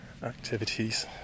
activities